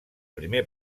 primer